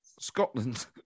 Scotland